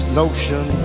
notion